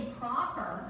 proper